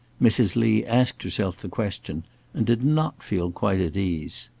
mrs. lee asked herself the question and did not feel quite at ease.